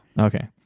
Okay